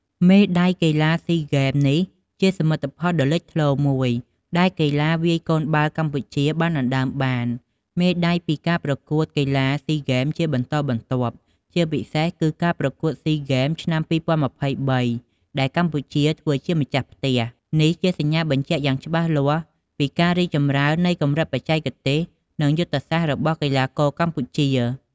មេដាយកីឡាស៊ីហ្គេមនេះជាសមិទ្ធផលដ៏លេចធ្លោមួយ ដែលកីឡាវាយកូនបាល់កម្ពុជាបានដណ្ដើមបាន មេដាយពីការប្រកួតកីឡាស៊ីហ្គេមជាបន្តបន្ទាប់ ជាពិសេសគឺការប្រកួតស៊ីហ្គេមឆ្នាំ ២០២៣ ដែលកម្ពុជាធ្វើជាម្ចាស់ផ្ទះ។ នេះជាសញ្ញាបញ្ជាក់យ៉ាងច្បាស់លាស់ពីការរីកចម្រើននៃកម្រិតបច្ចេកទេស និងយុទ្ធសាស្ត្ររបស់កីឡាករកម្ពុជា។